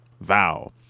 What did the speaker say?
Vow